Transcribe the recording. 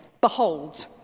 Behold